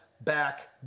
back